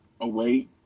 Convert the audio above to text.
away